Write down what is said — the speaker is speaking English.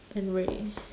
and ray